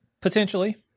Potentially